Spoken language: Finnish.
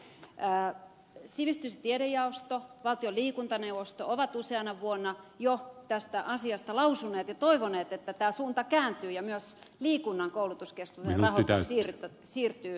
sivistys ja tiedejaosto ja valtion liikuntaneuvosto ovat useana vuonna jo tästä asiasta lausuneet ja toivoneet että tämä suunta kääntyy ja myös liikunnan koulutuskeskusten rahoitus siirtyy budjettivaroihin